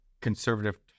conservative